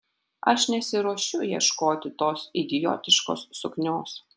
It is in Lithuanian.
aš nesiruošiu ieškoti tos idiotiškos suknios